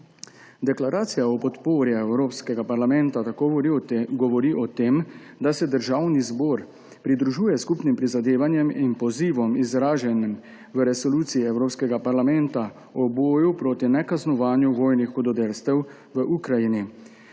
Deklaracija o podpori Evropskega parlamenta tako govori o tem, da se Državni zbor pridružuje skupnim prizadevanjem in pozivom, izraženim v Resoluciji Evropskega parlamenta o boju proti nekaznovanju vojnih hudodelstev v Ukrajini.